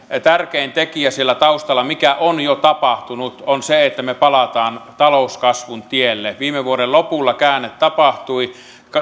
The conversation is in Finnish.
tärkein tekijä siellä taustalla mikä on jo tapahtunut on se että me palaamme talouskasvun tielle viime vuoden lopulla käänne tapahtui